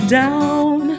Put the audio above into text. down